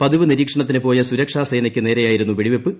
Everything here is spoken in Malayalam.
പതിവു നിരീക്ഷണത്തിനു പോയ സുരക്ഷാ സേനക്ക് നേരെയായിരുന്നു വെടിവെയ്പ്